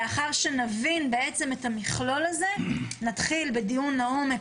לאחר שנבין את המכלול הזה נתחיל בדיון לעומק